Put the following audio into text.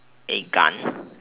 a gun